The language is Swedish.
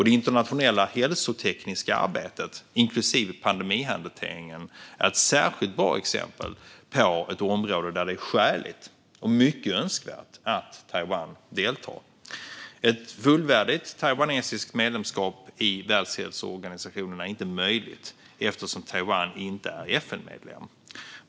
Det internationella hälsotekniska arbetet, inklusive pandemihanteringen, är ett särskilt bra exempel på ett område där det är skäligt och mycket önskvärt att Taiwan deltar. Ett fullvärdigt taiwanesiskt medlemskap i Världshälsoorganisationen är inte möjligt eftersom Taiwan inte är FN-medlem.